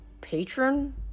patron